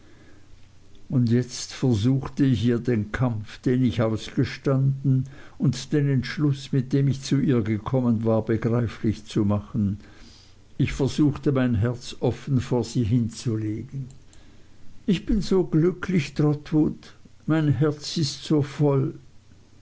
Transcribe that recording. und jetzt versuchte ich ihr den kampf den ich ausgestanden und den entschluß mit dem ich zu ihr gekommen war begreiflich zu machen ich versuchte mein herz offen vor sie hinzulegen ich bin so glücklich trotwood mein herz ist so voll